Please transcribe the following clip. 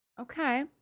Okay